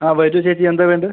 ആ വരൂ ചേച്ചി എന്താ വേണ്ടത്